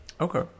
Okay